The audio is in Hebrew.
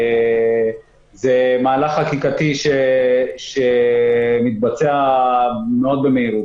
זה מהלך חקיקתי שמתבצע מאוד במהירות.